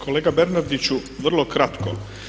Kolega Bernardiću, vrlo kratko.